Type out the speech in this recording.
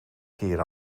keer